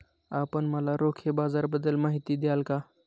आपण मला रोखे बाजाराबद्दल माहिती द्याल का?